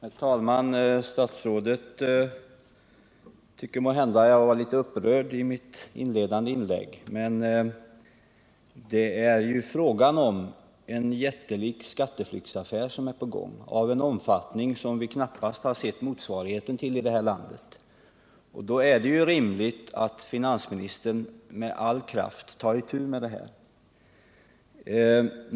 Herr talman! Statsrådet tycker måhända att jag var litet upprörd i mitt inledande inlägg. Men det är ju en jättelik skatteflyktsaffär på gång av en omfattning som vi knappast sett någon motsvarighet till i det här landet. Och då är det rimligt att finansministern med all kraft tar itu med frågan.